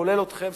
כולל אתכם,